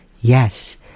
Yes